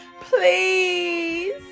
please